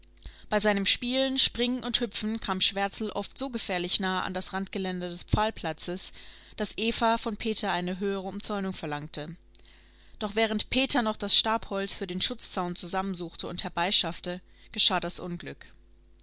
bei seinem spielen springen und hüpfen kam schwärzel oft so gefährlich nahe an das randgeländer des pfahlplatzes daß eva von peter eine höhere umzäunung verlangte doch während peter noch das stabholz für den schutzzaun zusammensuchte und herbeischaffte geschah das unglück